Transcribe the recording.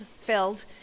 filled